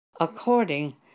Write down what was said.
according